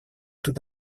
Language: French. tout